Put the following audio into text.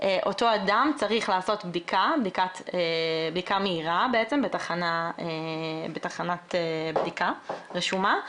אותו אדם צריך לעשות בדיקה מהירה בתחנת בדיקה רשומה,